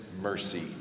mercy